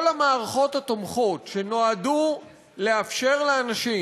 כל המערכות התומכות שנועדו לאפשר לאנשים,